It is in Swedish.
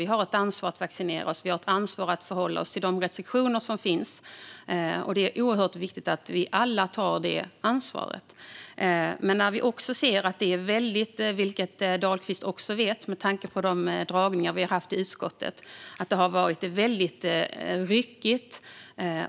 Vi har ett ansvar att vaccinera oss och att hålla oss till de restriktioner som finns, och det är oerhört viktigt att vi alla tar det ansvaret. Som Dahlqvist vet, med tanke på de dragningar som vi har haft i utskottet, har det varit väldigt ryckigt.